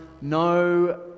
no